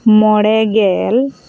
ᱢᱚᱬᱮ ᱜᱮᱞ